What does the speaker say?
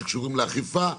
לאכיפה.